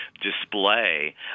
display